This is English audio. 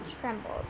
trembled